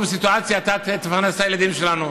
או סיטואציה אתה תפרנס את הילדים שלנו.